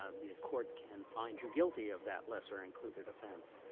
ah the court can find you guilty of that lesser included offense.